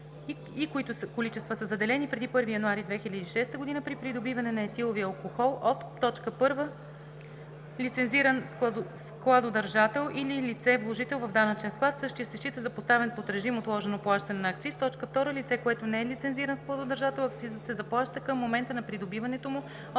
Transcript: и които количества са заделени преди 1 януари 2006 г., при придобиване на етиловия алкохол от: 1. лицензиран складодържател или лице-вложител в данъчен склад – същият се счита за поставен под режим отложено плащане на акциз; 2. лице, което не е лицензиран складодържател – акцизът се заплаща към момента на придобиването му от